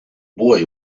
boy